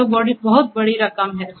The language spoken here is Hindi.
वह बहुत बड़ी रकम है